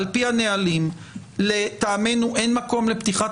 על פי הנהלים לטעמנו אין מקום לפתיחת